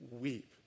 weep